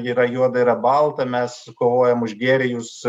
yra juoda yra balta mes kovojam už gėrį jūs